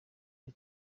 ari